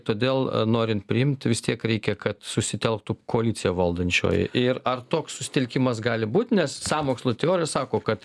todėl norint priimt vis tiek reikia kad susitelktų koalicija valdančioji ir ar toks susitelkimas gali būt nes sąmokslo teorija sako kad